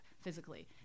physically